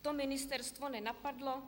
To ministerstvo nenapadlo?